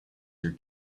your